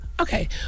okay